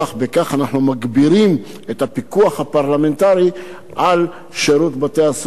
ובכך אנחנו מגבירים את הפיקוח הפרלמנטרי על שירות בתי-הסוהר,